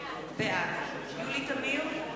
בעד יולי תמיר,